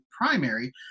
primary